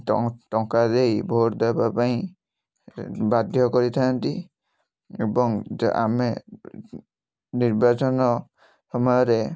ଟଙ୍କା ଦେଇ ଭୋଟ୍ ଦେବା ପାଇଁ ବାଧ୍ୟ କରିଥାନ୍ତି ଏବଂ ଯା ଆମେ ନିର୍ବାଚନ ସମୟରେ